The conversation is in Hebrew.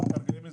מקום נגיש.